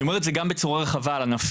אני אומר את זה גם בצורה רחבה על ענפים,